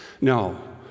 No